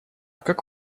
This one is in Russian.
как